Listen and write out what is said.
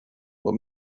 what